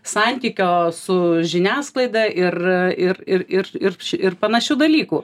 santykio su žiniasklaida ir ir ir ir ir ir panašių dalykų